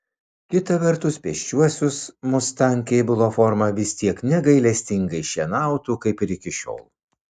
kita vertus pėsčiuosius mustang kėbulo forma vis tiek negailestingai šienautų kaip ir iki šiol